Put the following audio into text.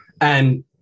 And-